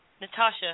Natasha